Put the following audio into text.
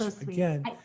again